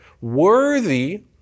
worthy